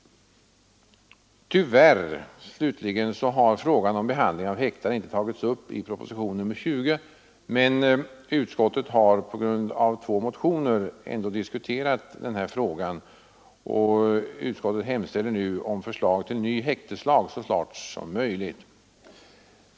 Tyvärr har behandlingen av häktade inte tagits upp i propositionen 20, men utskottet har på grund av två motioner ändå diskuterat även den frågan och hemställer nu om förslag till ny häkteslag så snart som möjligt.